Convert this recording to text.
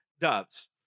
doves